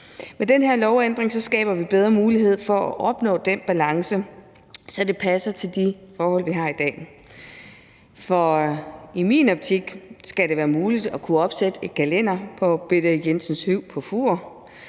Med den her lovændring skaber vi bedre mulighed for at opnå en balance, der passer til de forhold, vi har i dag. I min optik skal det være muligt at kunne opsætte et gelænder på Bette Jenses Hyw på Fur